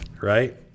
Right